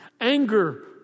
Anger